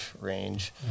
range